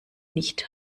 nicht